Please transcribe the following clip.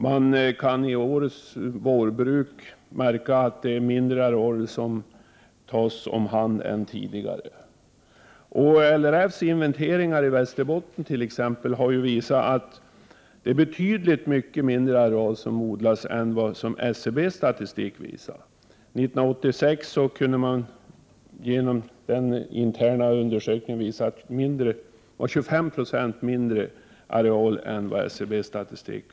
Man kan märka att det i årets vårbruk är mindre arealer som tas om hand. LRF:s inventeringar i Västerbotten har visat att det är betydligt mindre areal som odlas än vad SCB:s statistik visar. År 1986 kunde man genom en intern undersökning finna att det var 25 90 mindre areal än enligt SCB:s statistik.